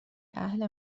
اهل